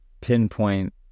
pinpoint